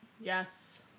Yes